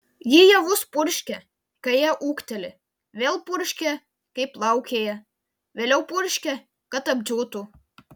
ji javus purškia kai jie ūgteli vėl purškia kai plaukėja vėliau purškia kad apdžiūtų